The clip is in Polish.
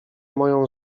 moją